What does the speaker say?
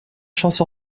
chance